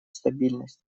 стабильность